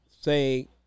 say